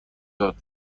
داد